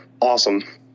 awesome